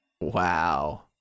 Wow